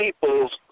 people's